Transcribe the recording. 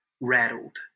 rattled